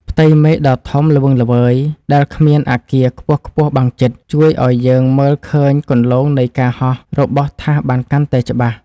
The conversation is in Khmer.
ផ្ទៃមេឃដ៏ធំល្វឹងល្វើយដែលគ្មានអគារខ្ពស់ៗបាំងជិត ជួយឱ្យយើងមើលឃើញគន្លងនៃការហោះរបស់ថាសបានកាន់តែច្បាស់។